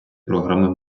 програми